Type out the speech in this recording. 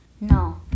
No